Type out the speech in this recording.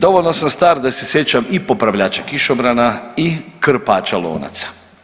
Dovoljno sam star da se sjećam i popravljača kišobrana i krpača lonaca.